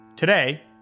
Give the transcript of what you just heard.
Today